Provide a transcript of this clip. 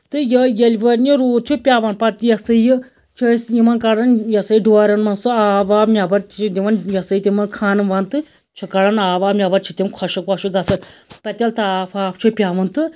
تہٕ یِہوٚے ییٚلہِ وۄنۍ یہِ روٗد چھُ پٮ۪وان پَتہٕ یہِ ہسا یہِ چھُ أسۍ یِمَن کڑان یہِ ہسا یہِ ڈورٮ۪ن منٛز سُہ آب واب نٮ۪بَر چھِ دِوان تِمَن خانہٕ وانہٕ تہٕ چھِ کڑان آب واب نٮ۪بر چھِ تِم خۄشٕک وۄشٕک گژھان پَتہٕ ییٚلہِ تاپھ واپھ چھُ پٮ۪وان تہٕ